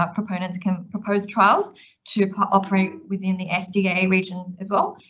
ah proponents can propose trials to operate within the sta regions as well.